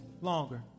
longer